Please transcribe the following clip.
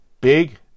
big